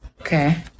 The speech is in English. Okay